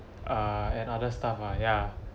err and other stuff ah ya